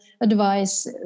advice